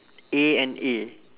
A and A